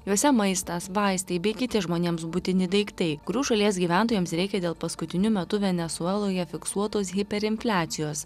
juose maistas vaistai bei kiti žmonėms būtini daiktai kurių šalies gyventojams reikia dėl paskutiniu metu venesueloje fiksuotos hiperinfliacijos